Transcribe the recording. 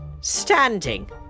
standing